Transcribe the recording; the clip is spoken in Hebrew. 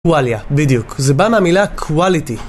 קוואליה, בדיוק. זה בא מהמילה quality.